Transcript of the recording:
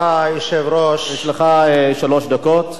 כבוד היושב-ראש, יש לך שלוש דקות.